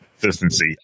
consistency